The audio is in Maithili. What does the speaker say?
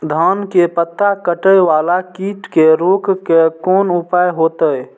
धान के पत्ता कटे वाला कीट के रोक के कोन उपाय होते?